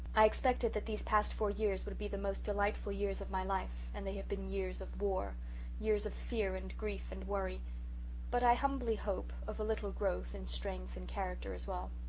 i expected that these past four years would be the most delightful years of my life and they have been years of war years of fear and grief and worry but i humbly hope, of a little growth in strength and character as well.